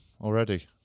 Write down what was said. already